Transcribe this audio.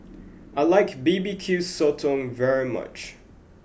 I like bbq Sotong very much